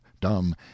dumb